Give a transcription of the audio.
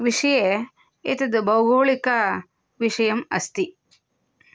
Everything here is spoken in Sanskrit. विषये एतद्भौगोलिकविषयम् अस्ति